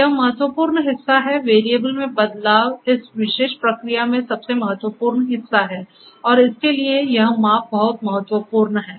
यह महत्वपूर्ण हिस्सा है वेरिएबल में बदलाव इस विशेष प्रक्रिया में सबसे महत्वपूर्ण हिस्सा है और इसके लिए यह माप बहुत महत्वपूर्ण है